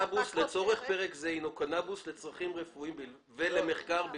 "לצורך פרק זה הינו קנאבוס לצרכים רפואיים ולמחקר בלבד".